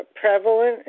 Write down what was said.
prevalent